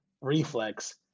reflex